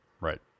Right